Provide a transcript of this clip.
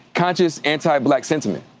conscious anti-black sentiment?